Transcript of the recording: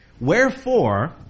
Wherefore